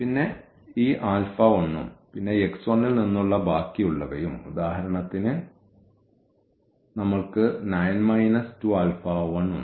പിന്നെ ഈ ഉം പിന്നെ x1 ൽ നിന്നുള്ള ബാക്കിയുള്ളവയും ഉദാഹരണത്തിന് നമ്മൾക്ക് 9 2 ഉണ്ട്